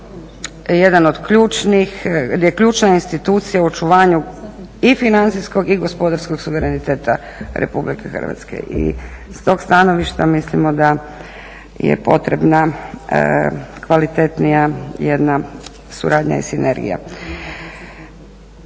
jedan od ključnih, je ključna institucija u očuvanju i financijskog i gospodarskog suvereniteta Republike Hrvatske. I s tog stanovišta mislimo da je potrebna kvalitetnija jedna suradnja i sinergija.